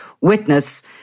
witness